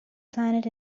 planet